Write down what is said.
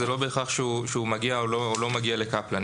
לא בהכרח הוא מגיע או לא מגיע לקפלן.